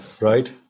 right